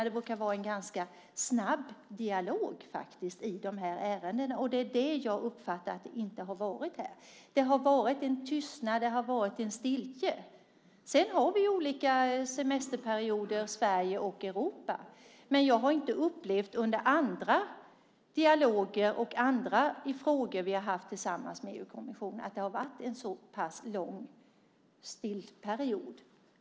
Det brukar vara en ganska snabb dialog i de här ärendena, men det är det som jag uppfattar att det inte har varit här. Det har varit en tystad, det har varit en stiltje. Sedan har vi olika semesterperioder i Sverige och i övriga Europa, men jag har inte upplevt i samband med andra dialoger och andra frågor som vi har haft tillsammans med EU-kommissionen att det har varit en så pass lång period av stiltje.